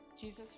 jesus